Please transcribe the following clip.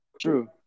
true